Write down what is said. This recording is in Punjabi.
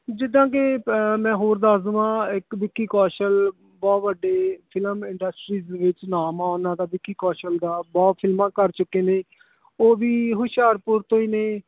ਜਿੱਦਾਂ ਕਿ ਪ ਮੈਂ ਹੋਰ ਦੱਸ ਦੇਵਾਂ ਇੱਕ ਵਿੱਕੀ ਕੌਸ਼ਲ ਬਹੁਤ ਵੱਡੇ ਫ਼ਿਲਮ ਇੰਡਸਟਰੀ ਦੇ ਵਿੱਚ ਨਾਮ ਆ ਉਨ੍ਹਾਂ ਦਾ ਵਿੱਕੀ ਕੌਸ਼ਲ ਦਾ ਬਹੁਤ ਫ਼ਿਲਮਾਂ ਕਰ ਚੁੱਕੇ ਨੇ ਉਹ ਵੀ ਹੁਸ਼ਿਆਰਪੁਰ ਤੋਂ ਹੀ ਨੇ